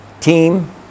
team